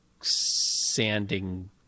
sanding